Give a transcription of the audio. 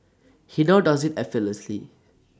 he now does IT effortlessly